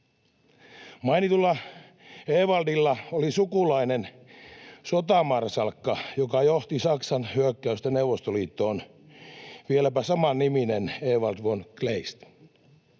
Mainitulla Ewaldilla oli sukulainen, sotamarsalkka, joka johti Saksan hyökkäystä Neuvostoliittoon — vieläpä samanniminen, Ewald von Kleist.